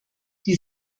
die